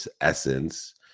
essence